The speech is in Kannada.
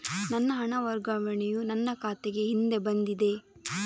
ನನ್ನ ಹಣ ವರ್ಗಾವಣೆಯು ನನ್ನ ಖಾತೆಗೆ ಹಿಂದೆ ಬಂದಿದೆ